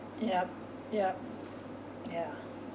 yup yup ya